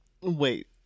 Wait